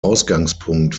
ausgangspunkt